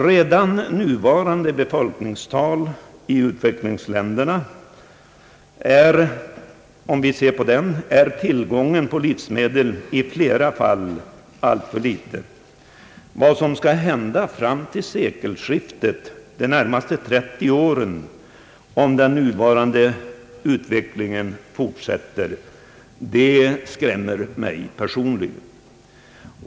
Redan med nuvarande befolkningstal i u-länderna är tillgången på livsmedel i flera av dessa länder alltför liten. Vad som skall hända fram till sekelskiftet — alltså de närmaste 30 åren — om den nuvarande utvecklingen fortsätter skrämmer mig personligen.